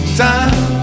time